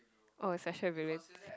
oh special ability